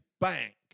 bank